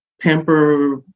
pamper